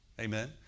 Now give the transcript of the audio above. Amen